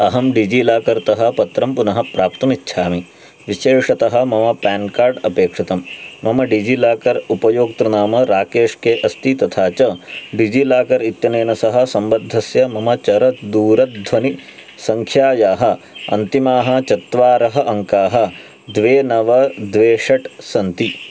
अहं डिजिलाकर् तः पत्रं पुनः प्राप्तुमिच्छामि विशेषतः मम पेन् कार्ड् अपेक्षितं मम डिजिलाकर् उपयोक्तृनाम राकेश् के अस्ति तथा च डिजिलाकर् इत्यनेन सह सम्बद्धस्य मम चरदूरध्वनेः सङ्ख्यायाः अन्तिमाः चत्वारः अङ्काः द्वे नव द्वे षट् सन्ति